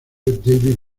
david